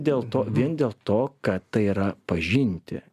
dėl to vien dėl to kad tai yra pažinti